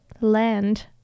land